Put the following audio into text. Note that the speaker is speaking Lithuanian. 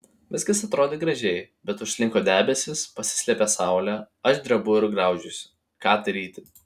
viskas atrodė gražiai bet užslinko debesys pasislėpė saulė aš drebu ir graužiuosi ką daryti